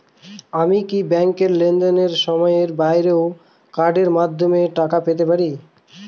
আমি কি ব্যাংকের লেনদেনের সময়ের বাইরেও কার্ডের মাধ্যমে টাকা পেতে পারি?